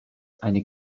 eine